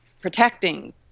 protecting